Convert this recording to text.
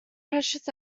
precious